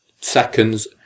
seconds